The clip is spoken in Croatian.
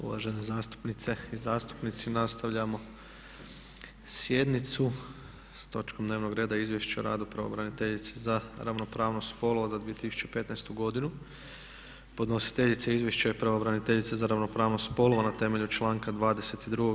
Uvažene zastupnice i zastupnici nastavljamo sjednicu s točkom dnevnog reda - Izvješće o radu pravobraniteljice za ravnopravnost spolova za 2015. godinu; Podnositeljica izvješća je pravobraniteljica za ravnopravnost spolova na temelju članka 22.